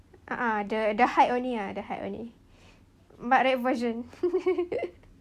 a'ah the the height only ah the height only matrep version